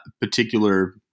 particular